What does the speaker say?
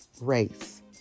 race